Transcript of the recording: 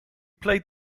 played